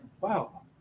Wow